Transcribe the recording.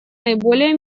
наиболее